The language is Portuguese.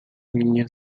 minha